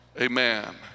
Amen